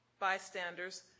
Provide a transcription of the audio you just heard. bystanders